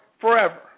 forever